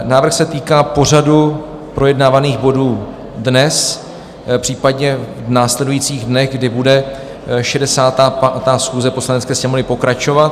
Návrh se týká pořadu projednávaných bodů dnes, případně v následujících dnech, kdy bude 65. schůze Poslanecké sněmovny pokračovat.